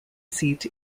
seat